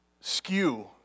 skew